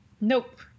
Nope